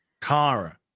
Kara